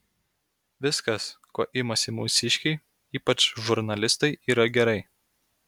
viskas ko imasi mūsiškiai ypač žurnalistai yra gerai